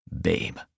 Babe